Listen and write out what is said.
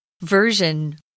Version